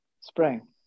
Spring